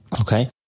Okay